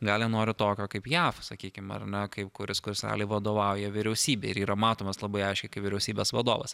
gal jie nori tokio kaip jav sakykim ar ne kaip kuris kuris realiai vadovauja vyriausybei ir yra matomas labai aiškiai kai vyriausybės vadovas